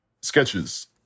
sketches